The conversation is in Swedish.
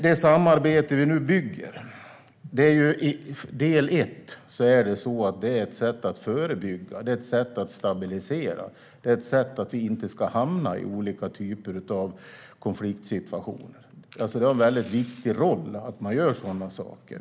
Det samarbete vi nu bygger är främst ett sätt att förebygga och stabilisera, så att vi inte ska hamna i olika typer av konfliktsituationer. Det spelar en viktig roll att man gör sådana saker.